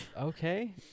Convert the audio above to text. Okay